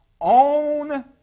own